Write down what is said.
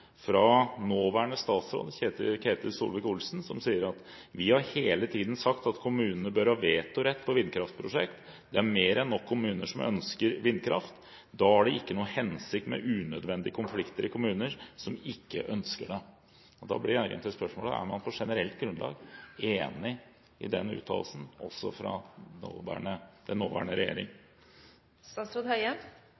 fra nåværende statsråd Ketil Solvik-Olsen, som sier: «Vi har hele tiden sagt at kommunene bør ha vetorett på vindkraftprosjekt. Det er mer enn nok kommuner som ønsker vindkraft. Da har det ikke noe hensikt med unødvendige konflikter i kommuner som ikke ønsker det». Da blir egentlig spørsmålet: Er man på generelt grunnlag enig i den uttalelsen, også fra den nåværende regjering?